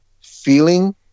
feeling